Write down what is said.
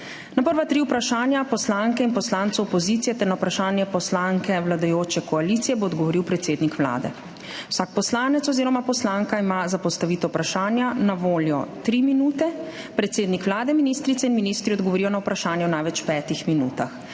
Na prva tri vprašanja poslanke in poslancev opozicije ter na vprašanje poslanke vladajoče koalicije bo odgovoril predsednik Vlade. Vsak poslanec oziroma poslanka ima za postavitev vprašanja na voljo tri minute, predsednik Vlade, ministrice in ministri odgovorijo na vprašanje v največ petih minutah.